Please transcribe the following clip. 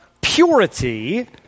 purity